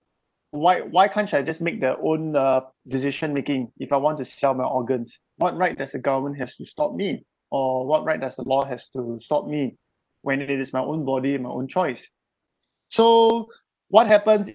why why can't I just make their own uh decision making if I want to sell my organs what right does the government have to stop me or what right does the law has to stop me when it it is my own body my own choice so what happens